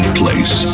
place